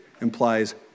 implies